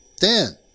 Dan